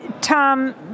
Tom